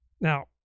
now